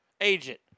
agent